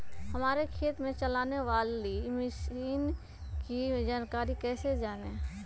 हमारे खेत में चलाने वाली मशीन की जानकारी कैसे जाने?